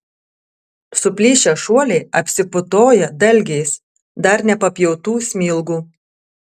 suplyšę šuoliai apsiputoja dalgiais dar nepapjautų smilgų